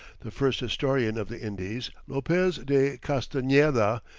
the first historian of the indies, lopez de castaneda,